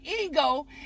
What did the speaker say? ego